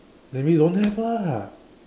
that means don't have lah